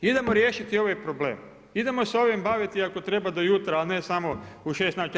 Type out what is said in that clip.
Idemo riješiti ovaj problem, idemo se ovim baviti ako treba do jutra, a ne samo u šest navečer.